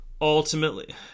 Ultimately